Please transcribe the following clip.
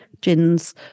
gins